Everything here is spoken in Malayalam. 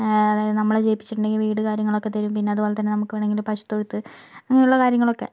അതായത് നമ്മളെ ജയിപ്പിച്ച ഉണ്ടെങ്കിൽ വീട് കാര്യങ്ങളൊക്കെ തരും പിന്നെ അതുപോലെതന്നെ നമുക്ക് വേണമെങ്കിൽ പശുത്തൊഴുത്ത് അങ്ങനെയുള്ള കാര്യങ്ങളൊക്കെ